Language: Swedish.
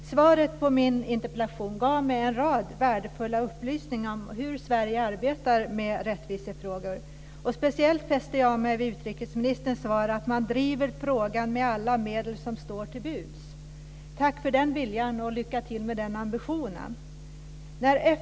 Svaret på min interpellation gav mig en rad värdefulla upplysningar om hur Sverige arbetar med rättvisefrågor. Speciellt fäste jag mig vid utrikesministerns svar att man "driver frågan med alla medel som står oss till buds". Tack för den viljan och lycka till med den ambitionen!